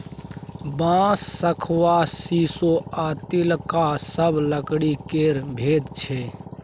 बांस, शखुआ, शीशो आ तिलका सब लकड़ी केर भेद छै